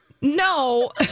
No